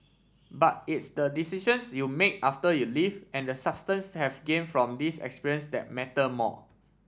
but its the decisions you make after you leave and the substance have gain from this experience that matter more